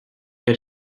elle